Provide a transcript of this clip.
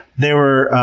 they were,